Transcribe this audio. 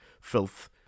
filth